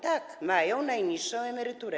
Tak, mają najniższą emeryturę.